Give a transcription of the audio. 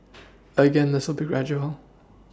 again this will be gradual